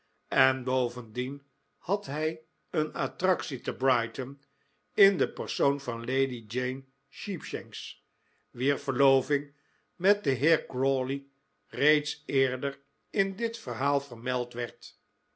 en bovendien had hij een attractie te brighton in de persoon van lady jane sheepshanks wier verloving met den heer crawley reeds eerder in dit verhaal vermeld werd